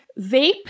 vape